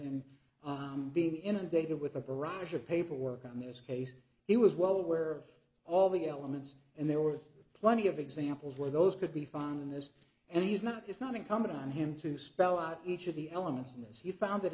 and i'm being inundated with a barrage of paperwork on this case he was well aware of all the elements and there were plenty of examples where those could be found in this and he's not it's not incumbent on him to spell out each of the elements in this he found that